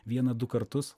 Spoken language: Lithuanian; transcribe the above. vieną du kartus